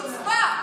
חוצפה.